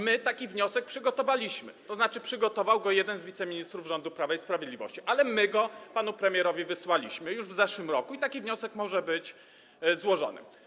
My taki wniosek przygotowaliśmy, tzn. przygotował go jeden z wiceministrów rządu Prawa i Sprawiedliwości, ale my go panu premierowi wysłaliśmy już w zeszłym roku i taki wniosek może być złożony.